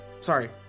sorry